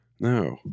No